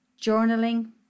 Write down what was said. journaling